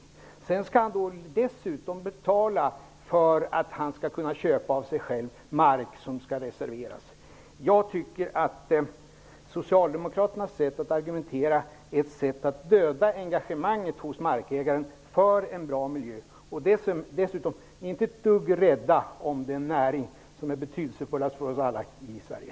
Dessutom skall han betala för att han skall kunna köpa mark av sig själv som skall reserveras. Jag tycker att Socialdemokraternas sätt att argumentera är ett sätt att döda markägarens engagemang för en bra miljö. De är dessutom inte ett dugg rädda om den näring som är betydelsefullast för oss alla i Sverige.